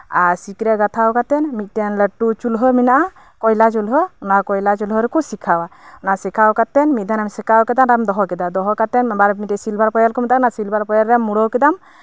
ᱟᱨ ᱥᱤᱠ ᱨᱮ ᱜᱟᱛᱷᱟᱣ ᱠᱟᱛᱮ ᱢᱤᱫᱴᱮᱱ ᱞᱟ ᱴᱩ ᱪᱩᱞᱦᱟ ᱢᱮᱱᱟᱜᱼᱟ ᱠᱚᱭᱞᱟ ᱪᱩᱞᱦᱟᱹ ᱚᱱᱟ ᱠᱚᱭᱞᱟ ᱪᱩᱞᱦᱟᱹ ᱨᱮᱠᱚ ᱥᱮᱠᱟᱣᱟ ᱢᱤᱫ ᱫᱷᱟᱣᱳᱢ ᱥᱮᱠᱟᱣ ᱠᱮᱫᱟ ᱟᱨᱮᱢ ᱫᱚᱦᱚ ᱠᱮᱫᱟ ᱫᱚᱦᱚ ᱠᱟᱛᱮ ᱟᱵᱟᱨ ᱢᱤᱫᱴᱮᱡ ᱥᱤᱞᱵᱷᱟᱨ ᱠᱚᱭᱮᱞ ᱠᱚ ᱢᱮᱛᱟᱜ ᱠᱟᱱᱟ ᱚᱱᱟ ᱥᱤᱞᱵᱷᱟ ᱨ ᱠᱚᱭᱮᱞ ᱨᱮ ᱢᱩᱲᱟᱹᱣ ᱠᱮᱫᱟᱢ